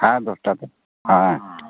ᱦᱮᱸ ᱫᱚᱥ ᱴᱟ ᱛᱮ ᱦᱮᱸ ᱦᱮᱸ